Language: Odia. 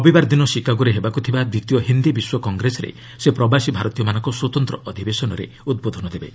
ରବିବାର ଦିନ ଶିକାଗୋରେ ହେବାକୁ ଥିବା ଦ୍ୱିତୀୟ ହିନ୍ଦୀ ବିଶ୍ୱ କଂଗ୍ରେସରେ ସେ ପ୍ରବାସୀ ଭାରତୀୟମାନଙ୍କ ସ୍ୱତନ୍ତ୍ର ଅଧିବେଶନରେ ଉଦ୍ବୋଧନ ଦେବେ